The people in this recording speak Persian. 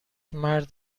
مرد